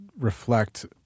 reflect